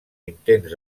intents